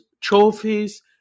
trophies